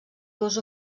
dues